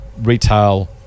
retail